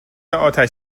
آتش